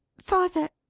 father,